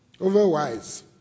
Otherwise